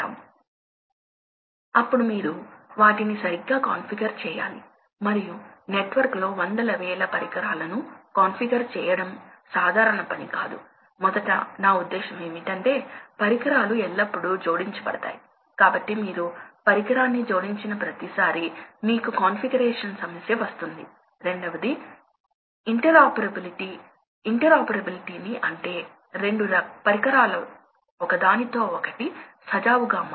అదేవిధంగా మీరు వివిధ వేగాలకు కర్వ్స్ ఫ్యామిలీ కలిగి ఉన్నారు మరోవైపు ఈ చుక్కల లైన్స్ చూడండి కాబట్టి ఈ చుక్కల లైన్ ఇది 150 అని చెబుతుంది కాబట్టి ఇవి స్థిరమైన హార్స్ పవర్ లైన్స్ కాబట్టి మీరు ఈ కర్వ్ వెంట దీన్ని ఆపరేట్ చేస్తే మీరు ఎల్లప్పుడూ 150 హార్స్పవర్ను ఖర్చు చేస్తారు అదేవిధంగా మీకు అనేక కర్వ్స్ ఉన్నాయి